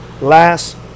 last